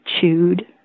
chewed